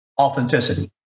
authenticity